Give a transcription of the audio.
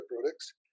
products